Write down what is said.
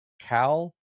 Cal